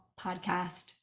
podcast